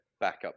backup